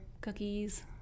cookies